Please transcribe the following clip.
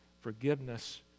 forgiveness